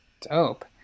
dope